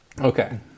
Okay